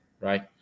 right